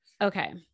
okay